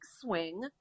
swing